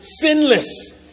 sinless